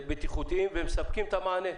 בטיחותיים ומספקים את המענה.